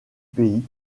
pays